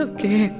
Okay